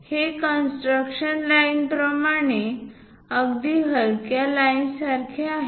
हे construction line प्रमाणे अगदी हलक्या लाईन्ससारखे आहेत